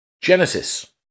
Genesis